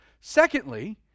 Secondly